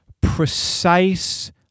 precise